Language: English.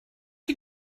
you